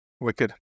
Wicked